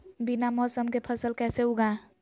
बिना मौसम के फसल कैसे उगाएं?